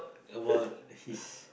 about his